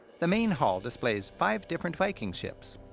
the main hall displays five different viking ships.